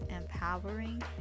empowering